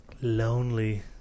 Lonely